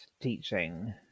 teaching